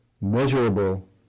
measurable